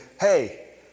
hey